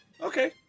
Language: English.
okay